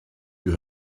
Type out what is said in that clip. you